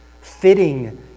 fitting